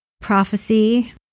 prophecy